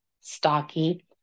stocky